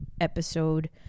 episode